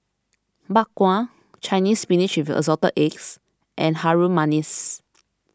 Bak Kwa Chinese Spinach with Assorted Eggs and Harum Manis